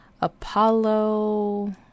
Apollo